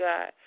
God